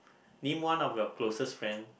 name one of your closest friend